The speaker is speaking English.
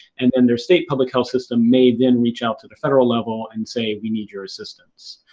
and then, their state public health system may then reach out to the federal level, and say, we need your assistance.